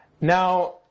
Now